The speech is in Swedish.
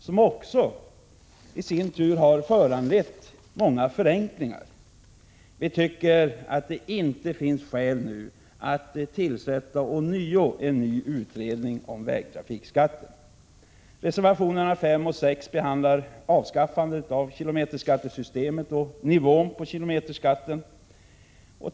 De har föranlett många förenklingar. Vi tycker inte att det finns skäl att ånyo tillsätta en utredning om vägtrafikskatten. Reservationerna 5 och 6 behandlar avskaffandet av kilometerskattesystemet och nivån på kilometerskatten.